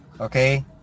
Okay